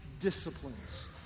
disciplines